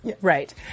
Right